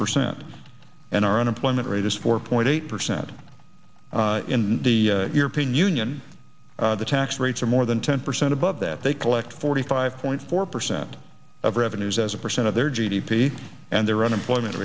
percent and our unemployment rate is four point eight percent in the european union the tax rates are more than ten percent above that they collect forty five point four percent of revenues as a percent of their g d p and their unemployment